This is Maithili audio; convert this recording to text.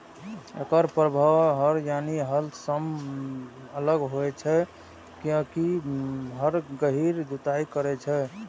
एकर प्रभाव हर यानी हल सं अलग होइ छै, कियैकि हर गहींर जुताइ करै छै